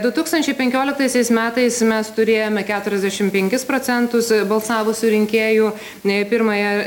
du tūkstančiai penkioliktaisiais metais mes turėjome keturiasdešimt penkis procentus balsavusių rinkėjų nei pirmąją